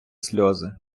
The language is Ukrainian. сльози